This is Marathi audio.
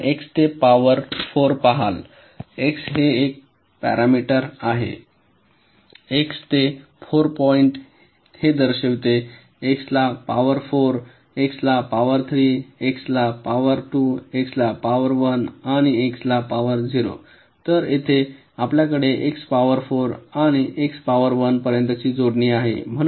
आपण x ते पावर 4 पहाल x हे एक पॅरामीटर आहे x ते 4 पॉईंट हे दर्शविते x ला पावर 4 x ला पॉवर 3 x ला पॉवर 2 x पॉवर 1 आणि x ला पॉवर 0 तर येथे आपल्याकडे x पॉवर 4 आणि x पॉवर 1 पर्यंतची जोडणी आहे